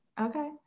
Okay